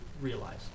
realize